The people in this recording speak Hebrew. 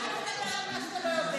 אז אל תדבר על מה שאתה לא יודע.